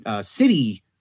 city